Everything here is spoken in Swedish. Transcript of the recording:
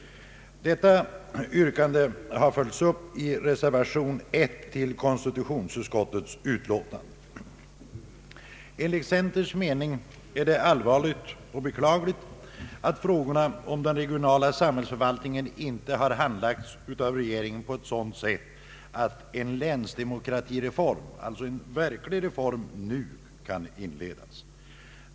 Detta yrkande har följts upp i reservation 1 till konstitutionsutskottets utlåtande. Enligt centerns mening är det allvarligt och beklagligt att frågorna om den regionala sambhällsförvaltningen inte har handlagts av regeringen på ett sådant sätt att en länsdemokratireform — således en verklig reform — nu kan inledas.